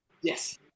Yes